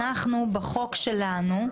בחוק שלנו,